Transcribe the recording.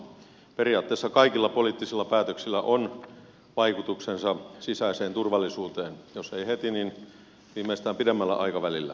periaatteessa kaikilla poliittisilla päätöksillä on vaikutuksensa sisäiseen turvallisuuteen jos ei heti niin viimeistään pidemmällä aikavälillä